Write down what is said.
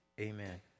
Amen